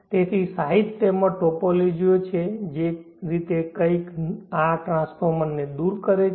તેથી સાહિત્યમાં ટોપોલોજીઓ છે જે રીતે કંઈક આ ટ્રાન્સફોર્મરને દૂર કરે છે